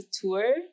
tour